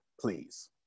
please